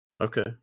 Okay